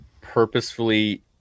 purposefully